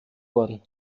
worden